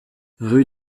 rue